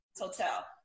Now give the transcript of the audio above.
hotel